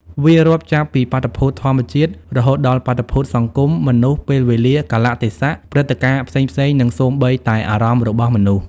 វារាប់ចាប់ពីបាតុភូតធម្មជាតិ រហូតដល់បាតុភូតសង្គម មនុស្ស ពេលវេលា កាលៈទេសៈ ព្រឹត្តិការណ៍ផ្សេងៗ និងសូម្បីតែអារម្មណ៍របស់មនុស្ស។